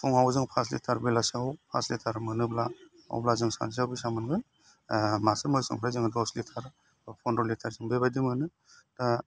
फुङाव जों पास लिटार बेलासियाव पास लिटार मोनोब्ला अब्ला जों सानसेयाव बेसेबां मोनगोन मासे मोसौनिफ्राय जोङो दस लिटार पन्द्र' लिटारसिम बेबायदि मोनगोन